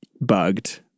bugged